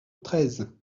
treize